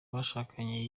bashakanye